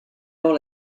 alors